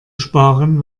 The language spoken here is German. sparen